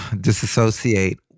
disassociate